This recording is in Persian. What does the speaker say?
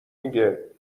میگه